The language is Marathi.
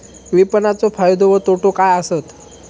विपणाचो फायदो व तोटो काय आसत?